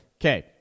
Okay